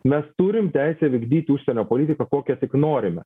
mes turim teisę vykdyti užsienio politiką kokią tik norime